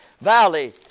valley